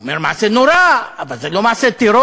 הוא אומר "מעשה נורא", אבל זה לא מעשה טרור,